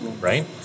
right